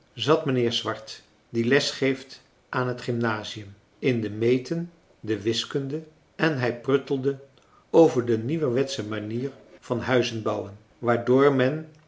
mijnheer swart die les geeft aan het gymnasium in de meeten de wiskunde en françois haverschmidt familie en kennissen hij pruttelde over de nieuwerwetsche manier van huizenbouwen waardoor men